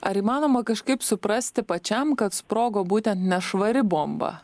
ar įmanoma kažkaip suprasti pačiam kad sprogo būtent nešvari bomba